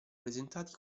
presentati